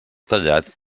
tallat